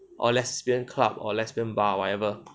or lesbian club or lesbian bar whatever